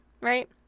right